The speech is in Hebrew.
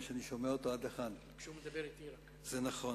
נתון